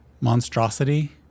monstrosity